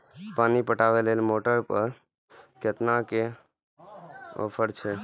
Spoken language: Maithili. पानी पटवेवाला मोटर पर केतना के ऑफर छे?